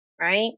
right